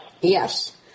Yes